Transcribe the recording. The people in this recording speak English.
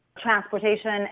Transportation